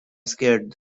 scared